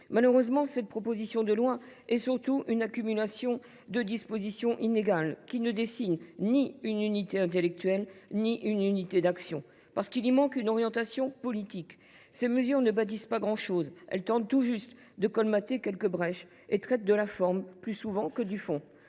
Malheureusement, cette proposition de loi est surtout une accumulation de dispositions inégales, qui ne dessinent ni unité intellectuelle ni unité d’action. Parce qu’il y manque une orientation politique, ces mesures ne bâtissent pas grand chose. Elles tentent tout juste de colmater quelques brèches et traitent de la forme plus souvent que du fond,